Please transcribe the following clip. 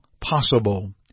possible